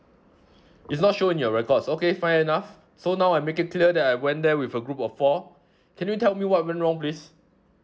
it's not shown in your records okay fair enough so now I make it clear that I went there with a group of four can you tell me what went wrong please